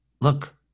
look